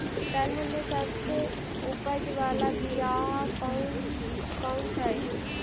दलहन में सबसे उपज बाला बियाह कौन कौन हइ?